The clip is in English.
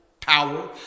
power